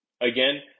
Again